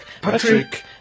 Patrick